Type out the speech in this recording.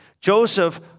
Joseph